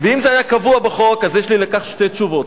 ואם זה היה קבוע בחוק, יש לי על כך שתי תשובות: